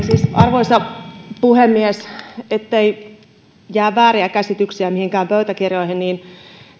arvoisa puhemies ettei jää vääriä käsityksiä mihinkään pöytäkirjoihin niin